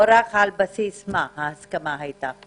על בסיס מה ההסכמה הייתה?